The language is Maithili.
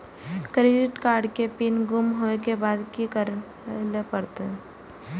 क्रेडिट कार्ड के पिन गुम होय के बाद की करै ल परतै?